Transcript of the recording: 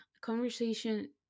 conversation